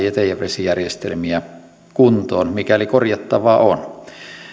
jätevesijärjestelmiä kuntoon mikäli korjattavaa on